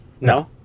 No